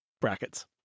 brackets